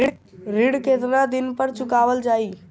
ऋण केतना दिन पर चुकवाल जाइ?